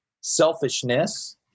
selfishness